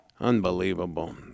Unbelievable